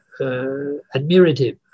admirative